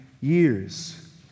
years